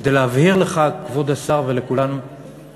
יותר משזאת אפליה נגד מילואימניקים זה סקסיזם טהור.